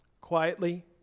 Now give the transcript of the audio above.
quietly